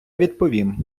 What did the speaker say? відповім